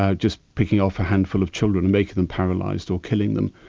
ah just picking off a handful of children and making them paralysed or killing them.